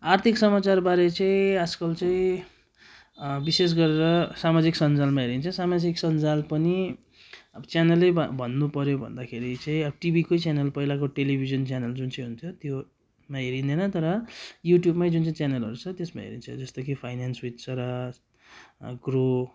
आर्थिक समाचार बारे चाहिँ आजकल चाहिँ विशेष गरेर सामाजिक सञ्जालमा हेरिन्छ सामाजिक सञ्जाल पनि अब च्यानलै भए भन्नु पऱ्यो भन्दाखेरि चाहिँ अब टिभीकै च्यानल पहिलाको टेलिभिजन च्यानल जुन चाहिँ हुन्थ्यो त्योमा हेरिँदैन तर युट्युबमा जुन चाहिँ च्यानलहरू छ त्यसमा हेरिन्छ जस्तो कि फाइनेन्स विद स्वराज ग्रो